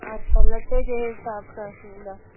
अच्छा लटे जे हिसाब सां हूंदा